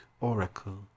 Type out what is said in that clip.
oracle